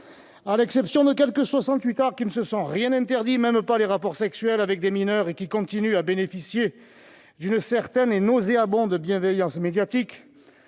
À l'exception de quelques soixante-huitards qui ne se sont rien interdit, même pas les rapports sexuels avec des mineurs, et qui continuent à bénéficier d'une certaine et nauséabonde bienveillance médiatique,